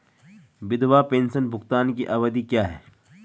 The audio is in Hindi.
विधवा पेंशन भुगतान की अवधि क्या है?